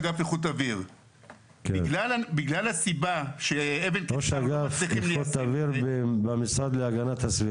בגלל הסיבה שאבן קיסר לא מצליחים ליישם את זה.